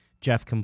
Jeff